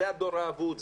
זה הדור האבוד,